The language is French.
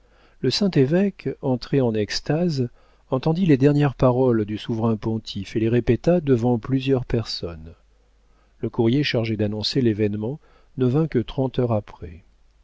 le saint évêque entré en extase entendit les dernières paroles du souverain pontife et les répéta devant plusieurs personnes le courrier chargé d'annoncer l'événement ne vint que trente heures après